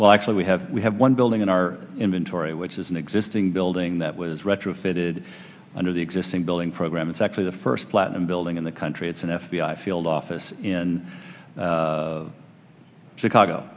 well actually we have we have one building in our inventory which is an existing building that was retrofitted under the existing building program it's actually the first platinum building in the country it's an f b i field office in chicago